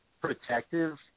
Protective